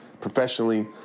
professionally